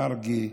מרגי,